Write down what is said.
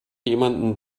jemanden